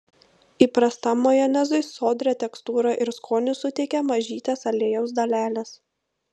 įprastam majonezui sodrią tekstūrą ir skonį suteikia mažytės aliejaus dalelės